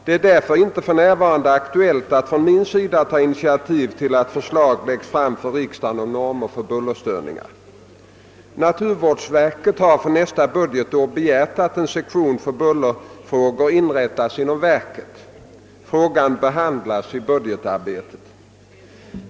Det är därför inte för närvarande aktuellt att från min sida ta initiativ till att förslag läggs fram för riksdagen om normer för bullerstörningar. Naturvårdsverket har för nästa budgetår begärt att en sektion för bullerfrågor inrättas inom verket. Frågan behandlas i budgetarbetet.